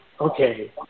okay